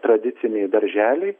tradiciniai darželiai